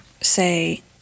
say